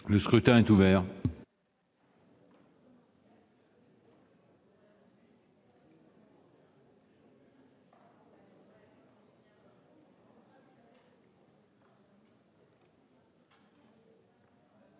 Le scrutin est ouvert.